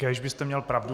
Kéž byste měl pravdu.